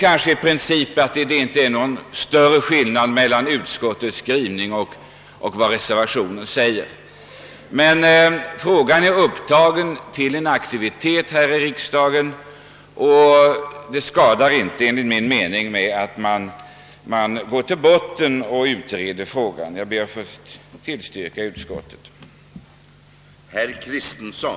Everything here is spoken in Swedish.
I princip är det väl ingen större skillnad mellan utskottets och reservanternas skrivning. Frågan har emellertid orsakat aktivitet här i riksdagen och jag tycker inte det skadar att gå till botten och utreda saken. Herr talman! Jag ber att få yrka bifall till utskottets hemställan.